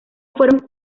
fueron